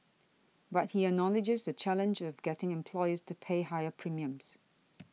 but he acknowledges the challenge of getting employers to pay higher premiums